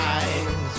Eyes